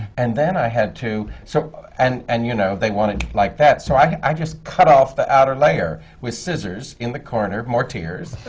and then i had to so and and you know they want it like that. so, i just cut off the outer layer with scissors in the corner. more tears.